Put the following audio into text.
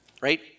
right